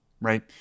right